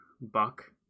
buck